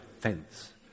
fence